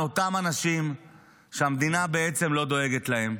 אותם אנשים שהמדינה בעצם לא דואגת להם.